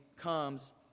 comes